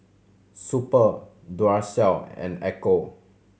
Super Duracell and Ecco